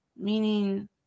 meaning